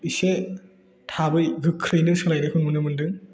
इसे थाबै गोख्रैनो सोलायनायखौ नुनो मोन्दों